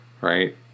Right